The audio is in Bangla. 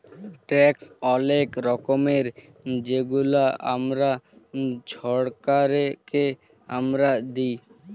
ট্যাক্স অলেক রকমের যেগলা আমরা ছরকারকে আমরা দিঁই